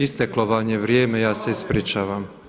Isteklo vam je vrijeme, ja se ispričavam.